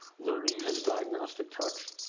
learning his diagnostic touch,